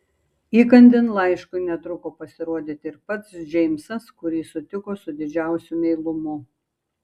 įkandin laiškui netruko pasirodyti ir pats džeimsas kurį sutiko su didžiausiu meilumu